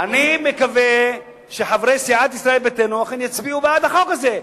אני מקווה שחברי סיעת ישראל ביתנו אכן יצביעו בעד החוק הזה.